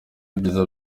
ibyiza